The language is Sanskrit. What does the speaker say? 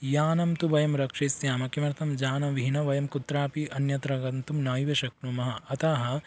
यानं तु वयं रक्षिष्यामः किमर्थं यानविहीनं वयं कुत्रापि अन्यत्र गन्तुं नैव शक्नुमः अतः